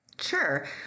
Sure